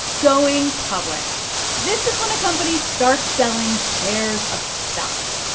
going public this is when a company starts selling shares of stock.